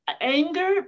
anger